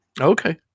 okay